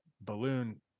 balloon